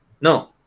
No